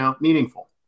meaningful